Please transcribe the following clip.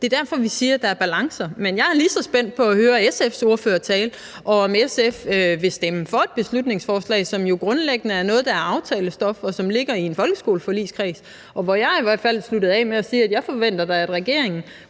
derfor, vi siger, at der er balancer. Men jeg er lige så spændt på at høre SF's ordførertale, og om SF vil stemme for et beslutningsforslag, som jo grundlæggende er noget, der er aftalestof, og som ligger i en folkeskoleforligskreds. Jeg sluttede i hvert fald af med at sige, at jeg da forventer, at regeringen